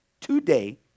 today